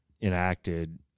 enacted